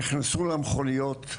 נכנסו למכוניות,